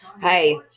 Hey